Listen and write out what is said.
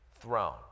throne